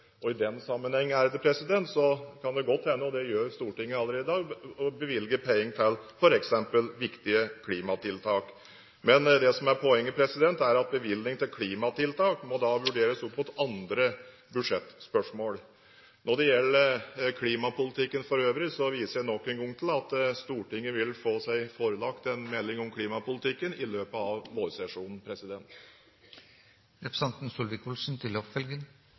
og i den sammenheng kan det godt hende – og det gjør Stortinget allerede i dag – at man bevilger penger til f.eks. viktige klimatiltak. Men det som er poenget, er at bevilgninger til klimatiltak må vurderes opp mot andre budsjettspørsmål. Når det gjelder klimapolitikken for øvrig, viser jeg nok en gang til at Stortinget vil få seg forelagt en melding om klimapolitikken i løpet av vårsesjonen.